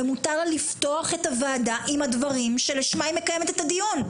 ומותר לה לפתוח את הוועדה עם הדברים שלשמם היא מקיימת את הדיון.